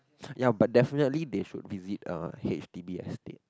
ya but definitely they should visit uh H_D_B estate